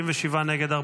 57 נגד,